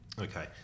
okay